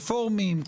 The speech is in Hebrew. רפורמים,